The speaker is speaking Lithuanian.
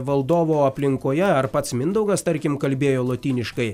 valdovo aplinkoje ar pats mindaugas tarkim kalbėjo lotyniškai